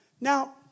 Now